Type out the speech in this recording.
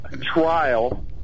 Trial